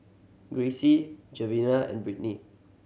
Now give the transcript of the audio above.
Gracie Geneva and Brittnie